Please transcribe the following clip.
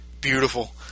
Beautiful